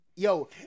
Yo